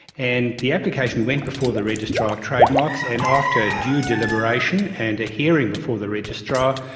and the application went before the registrar of trademarks and after due deliberation and a hearing before the registrar,